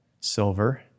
silver